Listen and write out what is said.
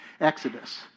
Exodus